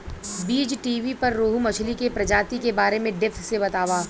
बीज़टीवी पर रोहु मछली के प्रजाति के बारे में डेप्थ से बतावता